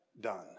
done